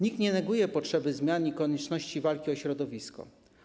Nikt nie neguje potrzeby zmian i konieczności walki o środowisko.